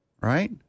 right